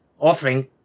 offering